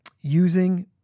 using